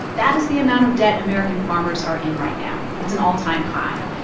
that is the amount of debt american farmers are in right now. it's an all-time high.